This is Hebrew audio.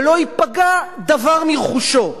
ולא ייפגע דבר מרכושו,